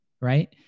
right